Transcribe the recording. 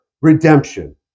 redemption